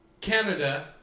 Canada